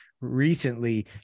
recently